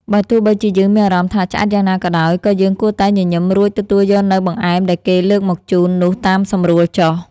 បើទោះបីជាយើងមានអារម្មណ៍ថា ឆ្អែតយ៉ាងណាក៏ដោយ ក៏យើងគួរតែញញឹមរួចទទួលយកនូវបង្អែមដែលគេលើកមកជូននោះតាមសម្រួលចុះ។